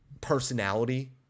personality